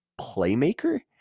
playmaker